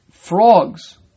Frogs